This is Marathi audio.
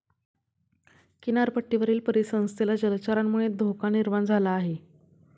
किनारपट्टीवरील परिसंस्थेला जलचरांमुळे धोका निर्माण झाला आहे